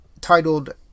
titled